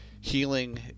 Healing